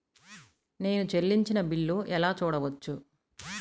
నేను చెల్లించిన బిల్లు ఎలా చూడవచ్చు?